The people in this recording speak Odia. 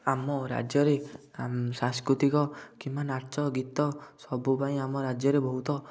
ଆମ ରାଜ୍ୟରେ ସାଂସ୍କୃତିକ କିମ୍ବା ନାଚ ଗୀତ ସବୁ ପାଇଁ ଆମ ରାଜ୍ୟରେ ବହୁତ